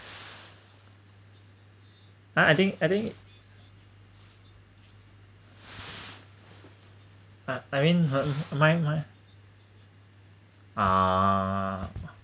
ha I think I think uh I mean uh my my uh